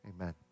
Amen